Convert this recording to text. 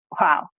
wow